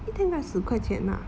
一天才十块钱 lah